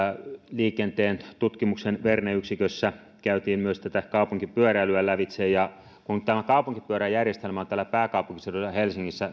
liikenteen tutkimuksen verne yksikössä käytiin myös kaupunkipyöräilyä lävitse kun tämä kaupunkipyöräjärjestelmä on täällä pääkaupunkiseudulla ja helsingissä